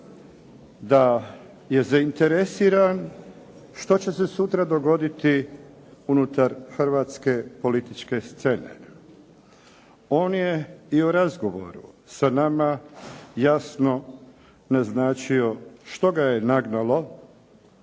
da je zainteresiran što će se sutra dogoditi unutar hrvatske političke scene. On je i u razgovoru sa nama jasno naznačio što ga je nagnalo